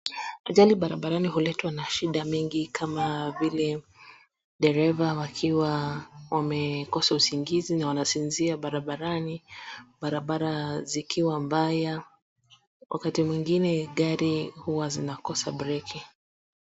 Ajali barabarani huletwa na shida mingi kama vile dereva wakiwa wamekosa usingizi na wanasinzia barabarani, barabara zikiwa mbaya, wakati mwingine gari huwa zinakosa breki.